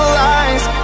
lies